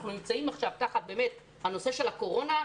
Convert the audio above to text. אנחנו תחת הנושא של הקורונה,